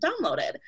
downloaded